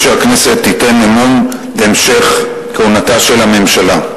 שהכנסת תיתן אמון בהמשך כהונתה של הממשלה.